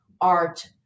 art